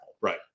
right